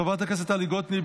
חברת הכנסת טלי גוטליב,